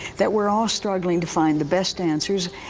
that we're all struggling to find the best answers.